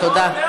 אז זאת האמת.